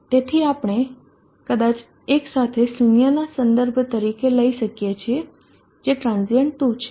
તેથી આપણે કદાચ એક સાથે શૂન્યને સંદર્ભ તરીકે લઈ શકીએ જે transient 2 છે